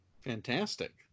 Fantastic